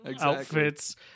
outfits